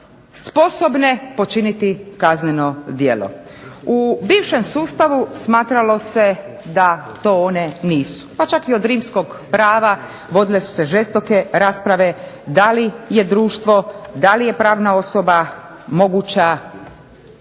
sposobne počiniti kazneno djelo. U bivšem sustavu smatralo se da to one nisu pa čak i od rimskog prava vodile su se žestoke rasprave da li je društvo, da li pravna osoba može